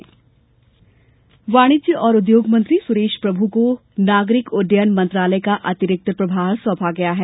प्रभु अतिरिक्त प्रभार वाणिज्य और उद्योग मंत्री सुरेश प्रभु को नागरिक उड्डयन मंत्रालय का अतिरिक्त प्रभार सौंपा गया है